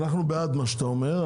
אנחנו בעד מה שאתה אומר,